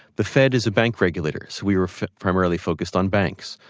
the fed is a bank regulator. so we were primarily focused on banks.